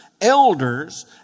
Elders